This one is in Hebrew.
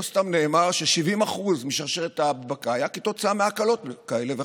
לא סתם נאמר ש-70% משרשרת ההדבקה היו כתוצאה מהקלות כאלה ואחרות.